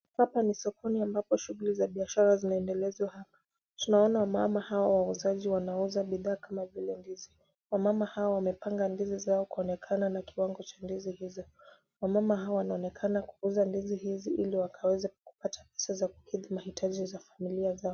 Hapa ni sokoni ambapo shughuli za biashara zinaendelezwa hapa. Tunaona wamama hawa wauzaji wanauza bidhaa kama vile ndizi. Wamama hawa wamepanga ndizi zao kuonekana na kiwango cha ndizi hizo. Wamama hao wanaonekana kuuza ndizi hizi ili wakaweze kupata pesa za kukidhi mahitaji ya familia zao.